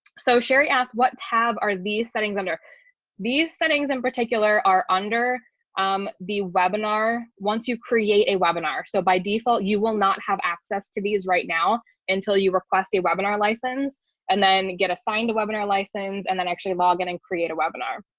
so sherry asked what tab are these settings under these settings in particular are under um the webinar once you create a webinar, so by default, you will not have access to these right now until you request the webinar license and then get assigned a webinar license and then actually log in and create a webinar.